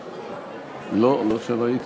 לא, לא שראיתי.